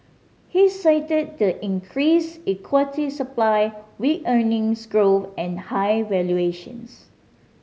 he cited the increased equity supply weak earnings growth and high valuations